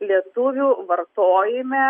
lietuvių vartojime